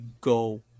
go